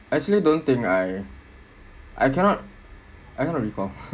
I actually don't think I I cannot I cannot recall